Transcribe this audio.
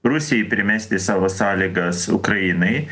rusijai primesti savo sąlygas ukrainai